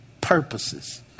purposes